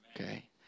okay